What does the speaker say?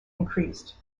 increased